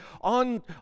on